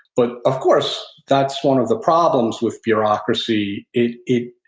but of course that's one of the problems with bureaucracy. it it